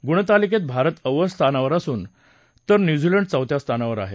गुणतालिकेत भारत अव्वल स्थानावर तर न्यूझीलंड चौथ्या स्थानावर आहे